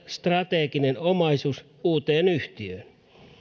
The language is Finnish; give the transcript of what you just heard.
strateginen omaisuus uuteen yhtiöön